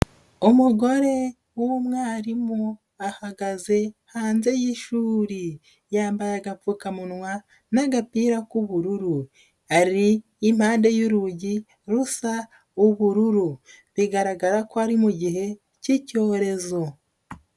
Umugore w'umwarimu ahagaze hanze y'ishuri, yambaye agapfukamunwa n'agapira k'ubururu, ari impande y'urugi rusa ubururu bigaragara ko ari mu gihe k'icyorezo.